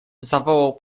zawołał